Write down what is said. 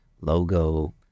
logo